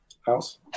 house